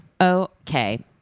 okay